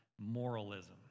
moralism